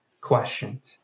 questions